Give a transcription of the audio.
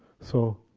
so,